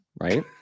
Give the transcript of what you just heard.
right